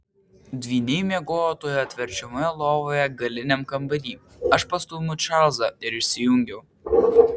dvyniai miegojo toje atverčiamoje lovoje galiniam kambary aš pastūmiau čarlzą ir išsijungiau